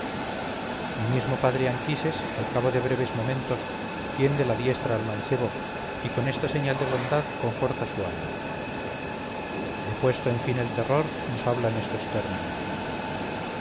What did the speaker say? mi mismo padre anquises al cabo de breves momentos tiende la diestra al mancebo y con esta señal de bondad conforta su ánimo depuesto en fin el terror nos habla en estos términos